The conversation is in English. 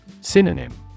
Synonym